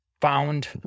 found